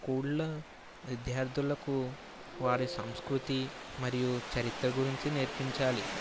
స్కూల్ల విద్యార్థులకు వారి సంస్కృతి మరియు చరిత్ర గురించి నేర్పించాలి